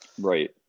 right